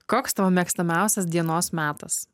koks tavo mėgstamiausias dienos metas